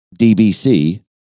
DBC